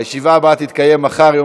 עברה בקריאה ראשונה